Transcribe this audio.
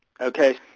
Okay